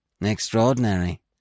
Extraordinary